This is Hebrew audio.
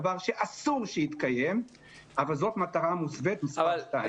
דבר שאסור שיתקיים אבל זאת מטרה מוסווית שנייה.